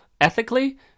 Ethically